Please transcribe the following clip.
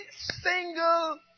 single